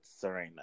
Serena